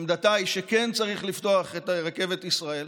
עמדתה היא שכן צריך לפתוח את רכבת ישראל.